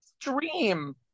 Dream